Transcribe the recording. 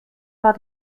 war